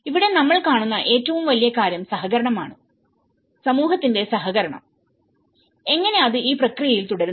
ഇവിടെ നമ്മൾ കാണുന്ന ഏറ്റവും വലിയ കാര്യം സഹകരണം ആണ് സമൂഹത്തിന്റെ സഹകരണം എങ്ങനെ അത് ഈ പ്രക്രിയയിൽ തുടരുന്നു